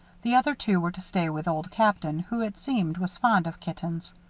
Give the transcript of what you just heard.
the other two were to stay with old captain, who, it seemed, was fond of kittens.